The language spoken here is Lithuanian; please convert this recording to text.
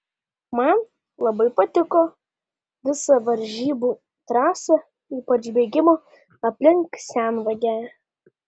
man labai patiko visa varžybų trasa ypač bėgimo aplink senvagę